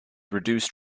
reduced